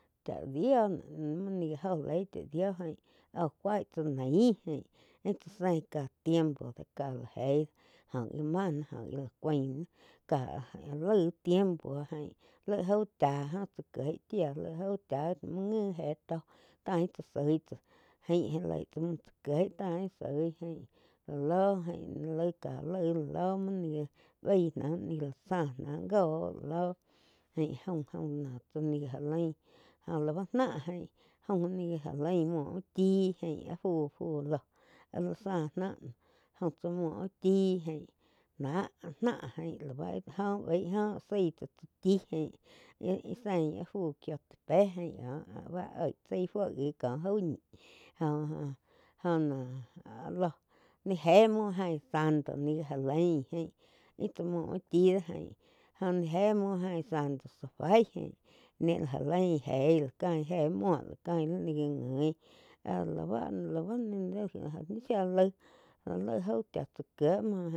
Chá dio mui ni gá go ley chá dio ain uh cuág cha nei íh tsá sein ká lai tiempo ká la gei oh li main náh jola cuáin náh ka lai laig tiempo ain laig jau chá jo chá kie chia lai jao chá muo nhi éh tó tain tsa soí ain já lei tsá mu tsá keih tain soi ain la lo laig ka lag ain la lo bain náh jaum-jaum noh tsa ni ga lain jó lá báh náh jain jaum tsá ni la já lain jó la bá náh jain jaum ni la jalain muo úh chi ain áh fu-fu lo áh li zá nah jaum tsá muo úh chí jain ná náh jain lá bá bai jóh zái tsá tsáh chi jain, íh sein áh fu quiotepe ain ko báh oig tsái fuo wi có jau ñi jo-jo noh ló je muo ain santo li ja lain jain íh tsá muo úh chí do jain jo ni je muo jain santo safai jain ni la ja lain jeí la cain je muo la cain li ni gá nguin áh la bá lai oh ñi shía laig jo laig jau chá tsá kie muo.